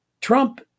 Trump